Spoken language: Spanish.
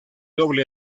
doble